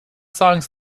songs